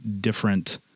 different